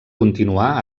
continuar